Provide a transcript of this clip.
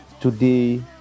Today